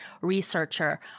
researcher